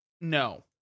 No